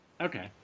Okay